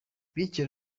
bityo